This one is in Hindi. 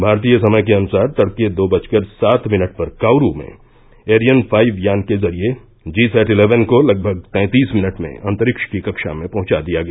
भारतीय समय के अनुसार तड़के दो बजकर सात मिनट पर काउरू में एरियन फाइव यान के जरिये जी सैट इलेवेन को लगभग तैंतीस मिनट में अंतरिक्ष की कक्षा में पहुंचा दिया गया